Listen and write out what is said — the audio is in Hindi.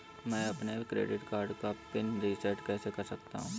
मैं अपने क्रेडिट कार्ड का पिन रिसेट कैसे कर सकता हूँ?